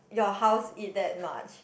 your house eat that much